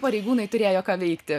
pareigūnai turėjo ką veikti